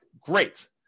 great